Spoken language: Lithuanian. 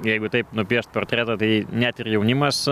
jeigu taip nupiešt portretą tai net ir jaunimas